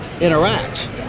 interact